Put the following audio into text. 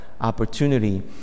opportunity